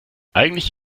eigentlich